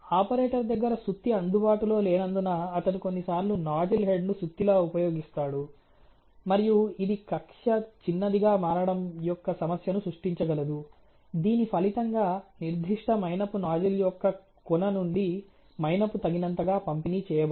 operator దగ్గర సుత్తి అందుబాటులో లేనందున అతను కొన్నిసార్లు నాజిల్ హెడ్ను సుత్తిలా ఉపయోగిస్తాడు మరియు ఇది కక్ష్య చిన్నదిగా మారడం యొక్క సమస్యను సృష్టించగలదు దీని ఫలితంగా నిర్దిష్ట మైనపు నాజిల్ యొక్క కొన నుండి మైనపు తగినంతగా పంపిణీ చేయబడదు